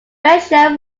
brescia